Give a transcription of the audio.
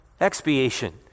expiation